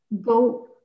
go